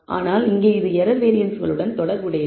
ஆனால் இங்கே இது எரர் வேரியன்ஸ்களுடன் தொடர்புடையது